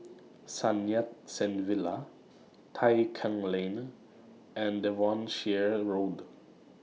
Sun Yat Sen Villa Tai Keng Lane and Devonshire Road